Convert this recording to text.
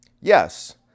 Yes